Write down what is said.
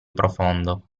profondo